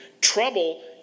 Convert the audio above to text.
Trouble